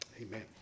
amen